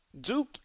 Duke